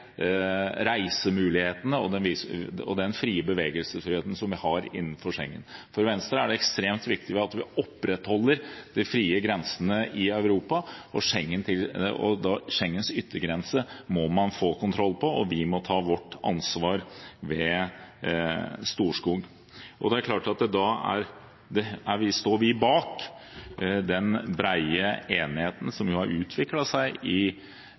reisemulighetene og den frie bevegelsesretten vi har innenfor Schengen. For Venstre er det ekstremt viktig at vi opprettholder de frie grensene i Europa. Schengens yttergrense må man få kontroll på, og vi må ta vårt ansvar ved Storskog. Vi står bak den brede enigheten som har utviklet seg i